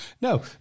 No